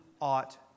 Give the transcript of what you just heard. ought